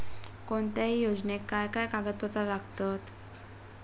कोणत्याही योजनेक काय काय कागदपत्र लागतत?